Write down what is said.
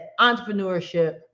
entrepreneurship